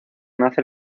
nace